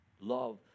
Love